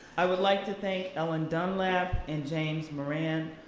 i would like to thank ellen dunlap and james moran.